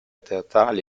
teatrali